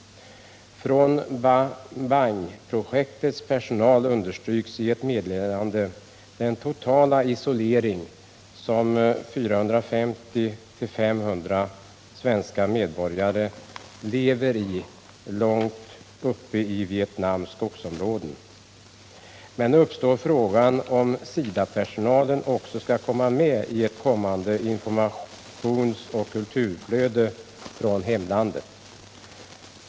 Från Bai Bang-projektets personal understryks i ett meddelande den totala isolering som 450-500 svenska medborgare lever i långt uppe i Vietnams skogsområden. Mot denna bakgrund uppstår frågan hur SIDA-personalen skall komma med i ett kommande informationsoch kulturflöde från hemlandet.